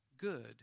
good